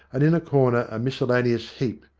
and in a corner a miscellaneous heap,